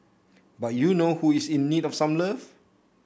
but you know who is in need of some love